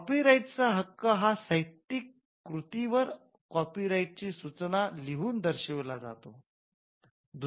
copyright चा हक्क हा साहित्य कृतीवर कॉपी राईट ची सूचना लिहून दर्शविला जातो